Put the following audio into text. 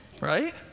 Right